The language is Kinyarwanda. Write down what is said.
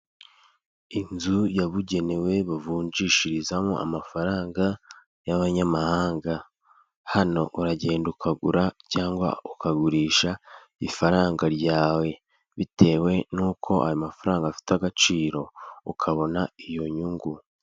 Inzu yabugenewe bavunjishirizamo amafaranga y'abanyamahanga, hano uragenda ukagura cyangwa ukagurisha ifaranga ryawe bitewe n'uko ayo mafaranga afite agaciro ukabona iyo nyungu.